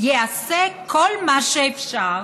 ייעשה כל מה שאפשר